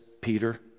Peter